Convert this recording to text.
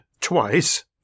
twice